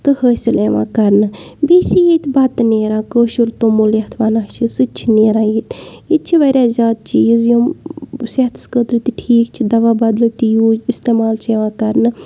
تہٕ حٲصِل یِوان کَرنہٕ بیٚیہِ چھِ ییٚتہِ بَتہٕ نیران کٲشُر توٚمُل یَتھ وَنان چھِ سُتہِ چھِ نیران ییٚتہِ ییٚتہِ چھِ واریاہ زیادٕ چیٖز یِم صحتَس خٲطرٕ تہِ ٹھیٖک چھِ دَوا بَدلہٕ تہِ یوٗز اِستعمال چھِ یِوان کَرنہٕ